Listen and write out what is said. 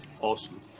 Awesome